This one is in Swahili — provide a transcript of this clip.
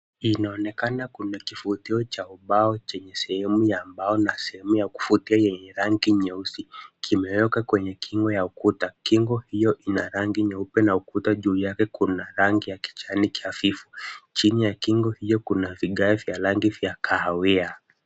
Kinaonekana kuna kifutio cha mbao cha sehemu ya mbao na sehemu ya kufutia ya rangi nyeusi kimewekwa kwenye kingo ya ukuta. Kingo hiyo ina rangi nyeupe na ukuta juu yake kuna rangi ya kijani kiafifu. Chini ya kingo hiyo kuna vigae vya rangi vya kahawia.